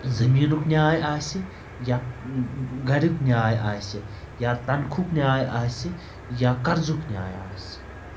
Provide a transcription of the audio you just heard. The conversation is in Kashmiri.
زٔمیٖنُک نیاے آسہِ یا گَریُک نیاے آسہِ یا تنخُک نیاے آسہِ یا قرضُک نیاے آسہِ